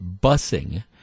busing